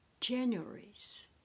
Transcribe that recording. January's